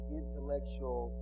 intellectual